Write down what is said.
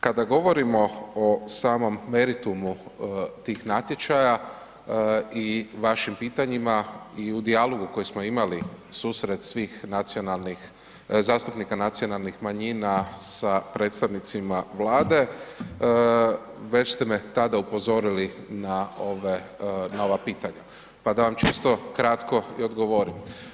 Kada govorimo o samom meritumu tih natječaja i vašim pitanjima i u dijalogu koji smo imali, susret svih zastupnika nacionalnih manjina sa predstavnicima Vlade, već ste me tada upozorili na ova pitanja pa da vam čisto kratko i odgovorim.